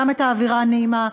גם את האווירה הנעימה,